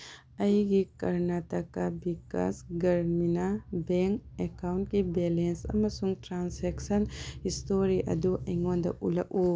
ꯑꯩꯒꯤ ꯀꯔꯅꯥꯇꯀꯥ ꯚꯤꯀꯥꯁ ꯒ꯭ꯔꯃꯤꯅꯥ ꯕꯦꯡ ꯑꯦꯀꯥꯎꯟꯀꯤ ꯕꯦꯂꯦꯟꯁ ꯑꯃꯁꯨꯡ ꯇ꯭ꯔꯥꯟꯁꯦꯛꯁꯟ ꯍꯤꯁꯇꯣꯔꯤ ꯑꯗꯨ ꯑꯩꯉꯣꯟꯗ ꯎꯠꯂꯛꯎ